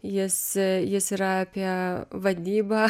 jis jis yra apie vadybą